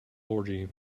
orgy